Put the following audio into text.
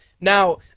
Now